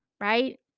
right